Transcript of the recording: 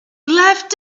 left